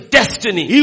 destiny